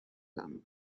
dames